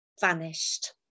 vanished